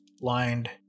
lined